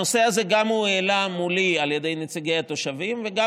הנושא הזה גם הועלה מולי על ידי נציגי התושבים וגם